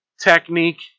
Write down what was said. Technique